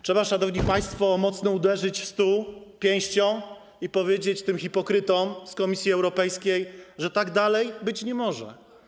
Trzeba, szanowni państwo, mocno uderzyć pięścią w stół i powiedzieć tych hipokrytom z Komisji Europejskiej, że tak dalej być nie może.